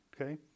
Okay